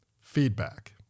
feedback